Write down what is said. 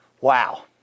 Wow